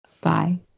Bye